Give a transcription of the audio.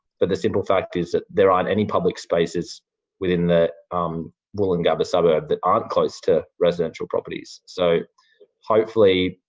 but the simple fact is that there aren't any public spaces within the woolloongabba suburb that aren't close to residential properties. so hopefully,